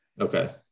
Okay